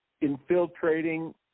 infiltrating